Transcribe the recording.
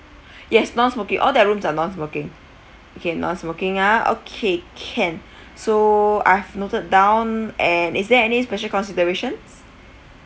yes non-smoking all their rooms are non-smoking okay non-smoking ah okay can so I've noted down and is there any special considerations